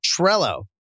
Trello